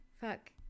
fuck